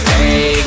Hey